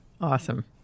Awesome